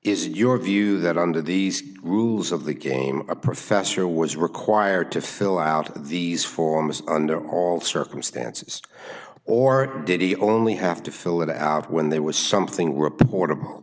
it is your view that under these rules of the game a professor was required to fill out these forms under all circumstances or did he only have to fill it out when there was something were